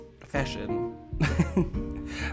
fashion